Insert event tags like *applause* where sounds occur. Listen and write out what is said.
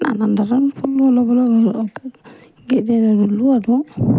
নানান ধৰণৰ ফুল ৰুলোঁ বাৰু *unintelligible* ৰুলোঁ আৰু